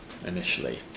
initially